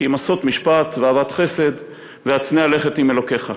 כי אם עשות משפט ואהבת חסד והצנע לכת עם אלוקיך.